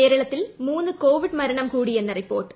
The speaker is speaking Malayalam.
കേരളത്തിൽ മൂന്നു കോവിഡ് മരണം കൂടിയെന്ന് റിപ്പോർട്ട്